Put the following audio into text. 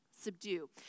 Subdue